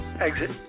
exit